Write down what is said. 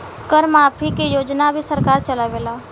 कर माफ़ी के योजना भी सरकार चलावेला